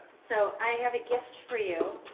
so, i have a gift for you.